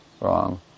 wrong